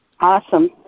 Awesome